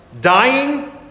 dying